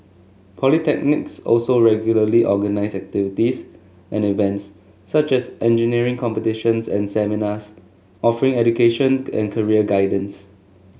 polytechnics also regularly organise activities and events such as engineering competitions and seminars offering education and career guidance